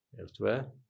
elsewhere